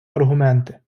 аргументи